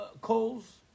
coals